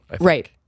Right